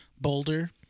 boulder